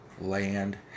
land